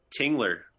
Tingler